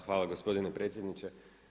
Hvala gospodine predsjedniče.